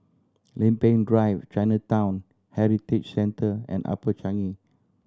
Lempeng Drive Chinatown Heritage Centre and Upper Changi